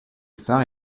phare